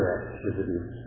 activities